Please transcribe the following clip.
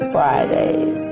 Fridays